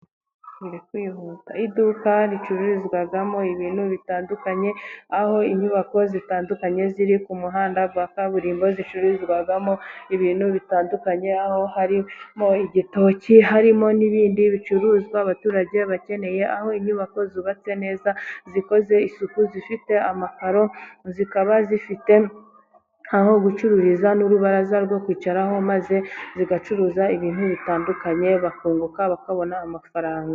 Iduka ricururizwamo ibintu bitandukanye aho inyubako zitandukanye ziri ku muhanda wa kaburimbo zicururizwamo ibintu bitandukanye, aho harimo igitoki harimo n'ibindi bicuruzwa abaturage bakeneye, aho inyubako zubatse neza zikoze isuku, zifite amakaro zikaba zifite aho gucururiza n'urubaraza rwo kwicaraho, maze zigacuruza ibintu bitandukanye, bakunguka bakabona amafaranga.